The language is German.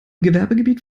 gewerbegebiet